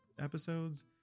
episodes